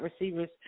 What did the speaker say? receivers